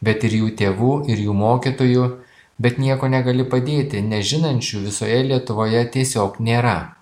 bet ir jų tėvų ir jų mokytojų bet nieko negali padėti nes žinančių visoje lietuvoje tiesiog nėra